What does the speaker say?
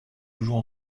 toujours